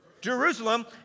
Jerusalem